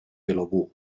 俱乐部